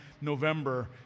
November